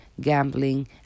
gambling